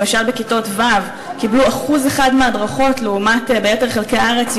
למשל בכיתות ו' קיבלו 1% מההדרכות לעומת 90% ביתר חלקי הארץ,